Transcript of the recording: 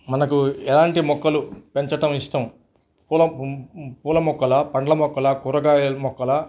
మనకు ఎలాంటి మొక్కలు పెంచటం ఇష్టం పూల పూల మొక్కలా పండ్ల మొక్కలా కూరగాయల మొక్కలా